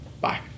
Bye